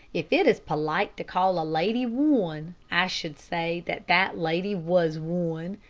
if it is polite to call a lady one, i should say that that lady was one.